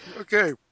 Okay